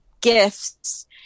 gifts